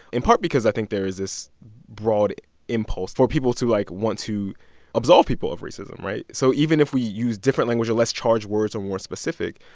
in part because i think there is this broad impulse for people to, like, want to absolve people of racism, right? so even if we use different language or less charged words or more specific,